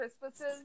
Christmases